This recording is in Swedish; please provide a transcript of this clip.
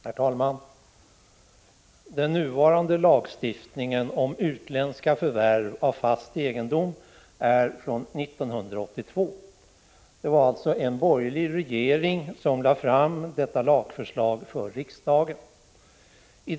Herr talman! Den nuvarande lagstiftningen om utländska förvärv av fast egendom är från 1982. Det var alltså en borgerlig regering som lade fram detta lagförslag för riksdagen.